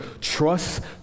trust